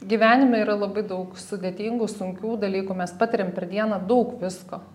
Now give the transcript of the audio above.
gyvenime yra labai daug sudėtingų sunkių dalykų mes patiriam per dieną daug visko